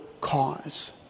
cause